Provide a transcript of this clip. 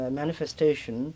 manifestation